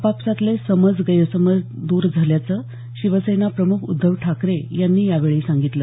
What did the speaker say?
आपापसातले समज गैरसमज दर झाल्याचं शिवसेना प्रम्ख उद्धव ठाकरे यांनी यावेळी सांगितलं